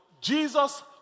Jesus